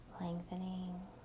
Lengthening